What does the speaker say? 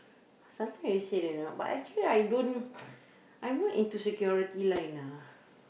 sometime you say they know but actually I don't I'm not into security line lah